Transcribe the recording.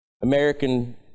American